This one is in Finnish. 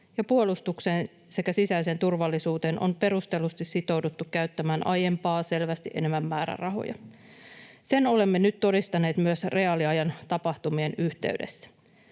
puolustukseen sekä sisäiseen turvallisuuteen on perustellusti sitouduttu käyttämään aiempaa selvästi enemmän määrärahoja — sen olemme nyt todistaneet myös reaaliajan tapahtumien yhteydessä.